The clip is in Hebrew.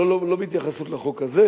לא, לא בהתייחסות לחוק הזה.